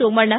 Somanna